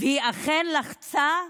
והיא אכן לחצה,